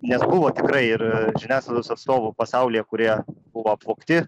nes buvo tikrai ir žiniasklaidos atstovų pasaulyje kurie buvo apvogti